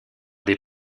des